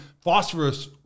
phosphorus